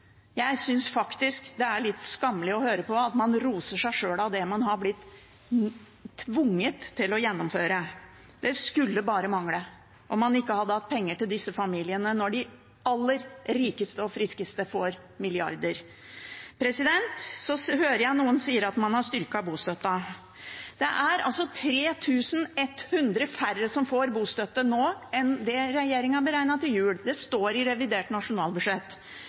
Jeg synes faktisk det er litt skammelig å høre på at man roser seg sjøl av det man har blitt tvunget til å gjennomføre. Det skulle bare mangle om man ikke hadde hatt penger til disse familiene når de aller rikeste og friskeste får milliarder. Jeg hører noen si at man har styrket bostøtten. 3 100 færre får bostøtte nå enn det regjeringen beregnet til jul, det står i revidert nasjonalbudsjett.